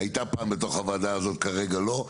הייתה פעם בתוך הוועדה הזאת, כרגע לא.